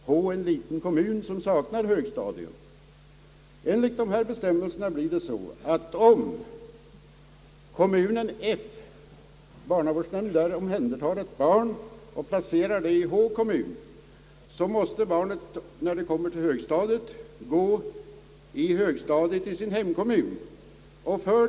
H är en liten kommun som saknar högstadium. Enligt de gällande bestämmelserna blir det så, att om barnavårdsnämnden i kommunen F omhändertagit ett barn och placerar det i kommunen H måste detta barn, när det skall börja i högstadiet, gå i sin hemkommun.